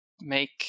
Make